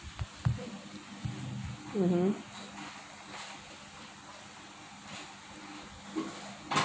mmhmm